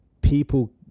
people